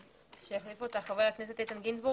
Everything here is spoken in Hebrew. כשהחליף אותך חבר הכנסת איתן גינזבורג,